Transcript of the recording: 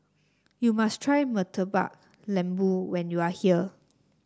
you must try Murtabak Lembu when you are here